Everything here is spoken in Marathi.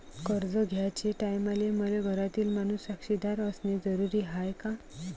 कर्ज घ्याचे टायमाले मले घरातील माणूस साक्षीदार असणे जरुरी हाय का?